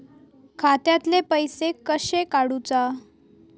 खात्यातले पैसे कशे काडूचा?